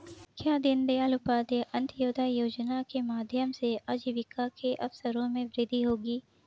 क्या दीन दयाल उपाध्याय अंत्योदय योजना के माध्यम से आजीविका के अवसरों में वृद्धि होगी?